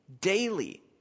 Daily